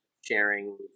sharing